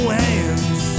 hands